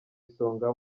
isonga